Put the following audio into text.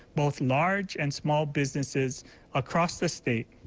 both large and small businesses across the state.